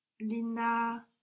Lina